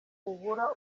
ubura